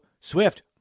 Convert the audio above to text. Swift